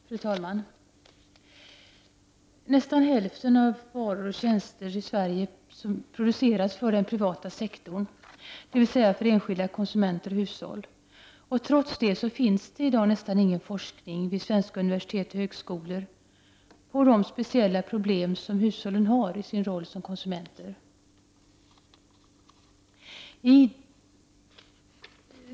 Fru talman! Nästan hälften av alla varor och tjänster i Sverige produceras för den privata sektorn, dvs. för enskilda konsumenter och hushåll. Trots detta förekommer nästan ingen forskning vid svenska universitet och högskolor om de speciella problem som hushållen har i sin roll som konsumenter.